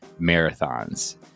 marathons